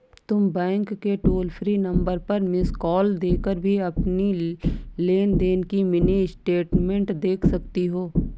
तुम बैंक के toll free number पर मिस्ड कॉल देकर भी अपनी लेन देन की मिनी स्टेटमेंट देख सकती हो